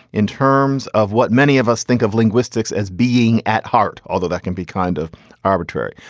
in terms of what many of us think of linguistics as being at heart, although that can be kind of arbitrary.